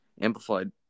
amplified